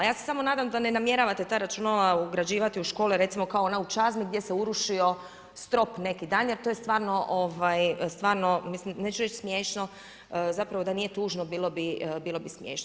Ja se samo nadam da ne namjeravate ta računala ugrađivati u škole recimo kao ona u Čazmi gdje se urušio strop neki dan, jer to je stvarno mislim neću reći smiješno, zapravo da nije tužno bilo bi smiješno.